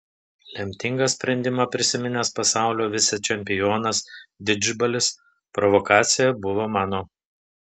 lemtingą sprendimą prisiminęs pasaulio vicečempionas didžbalis provokacija buvo mano